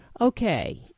Okay